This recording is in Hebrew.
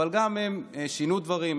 אבל גם הם שינו דברים,